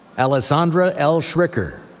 alessandra l. schricker.